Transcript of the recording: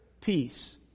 peace